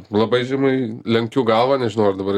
labai žemai lenkiu galvą nežinau dabar